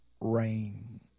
rain